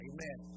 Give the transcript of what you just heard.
Amen